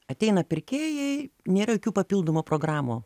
ateina pirkėjai nėra jokių papildomų programų